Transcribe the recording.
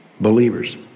believers